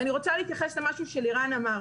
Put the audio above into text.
ואני רוצה להתייחס למשהו שלירן אמר,